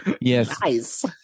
Yes